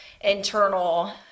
internal